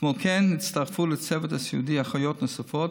כמו כן, הצטרפו לצוות הסיעודי אחיות נוספות,